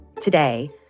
Today